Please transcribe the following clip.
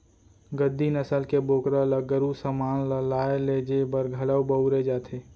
गद्दी नसल के बोकरा ल गरू समान ल लाय लेजे बर घलौ बउरे जाथे